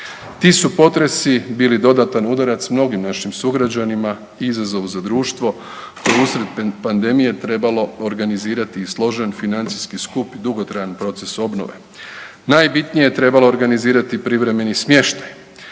Ti su potresi bili dodatan udarac mnogim našim sugrađanima i izazov za društvo koje je usred pandemije trebalo organizirati složen financijski skup i dugotrajan proces obnove. Najbitnije je trebalo organizirati privremeni smještaj